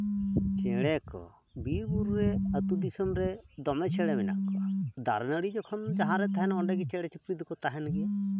ᱪᱮᱬᱮ ᱠᱚ ᱵᱤᱨᱼᱵᱩᱨᱩ ᱨᱮ ᱟᱹᱛᱩ ᱫᱤᱥᱚᱢᱨᱮ ᱫᱚᱢᱮ ᱪᱮᱬᱮ ᱢᱮᱱᱟᱜ ᱠᱚᱣᱟ ᱫᱟᱨᱮᱼᱱᱟᱲᱤ ᱡᱚᱠᱷᱚᱱ ᱡᱟᱦᱟᱸᱨᱮ ᱛᱟᱦᱮᱱᱟ ᱚᱸᱰᱮᱜᱮ ᱪᱮᱬᱮ ᱪᱩᱯᱬᱤ ᱫᱚᱠᱚ ᱛᱟᱦᱮᱱ ᱜᱮᱭᱟ